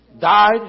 died